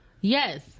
Yes